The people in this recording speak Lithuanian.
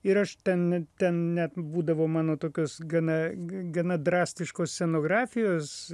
ir aš ten ten net būdavo mano tokios gana gana drastiškos scenografijos